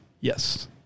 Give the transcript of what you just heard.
Yes